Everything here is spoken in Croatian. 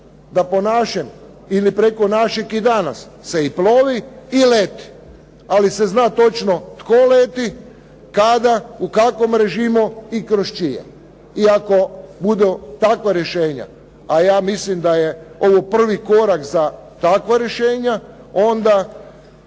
da po našem ili preko našeg i danas se i plovi i leti, ali se zna točno tko leti, kada, u kakvom režimu i kroz čije. I ako budu takva rješenja, a ja mislim da je ovo prvi korak za takva rješenja, onda